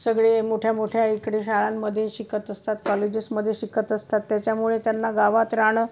सगळे मोठ्या मोठ्या इकडे शाळांमध्ये शिकत असतात कॉलेजेसमध्ये शिकत असतात त्याच्यामुळे त्यांना गावात राहणं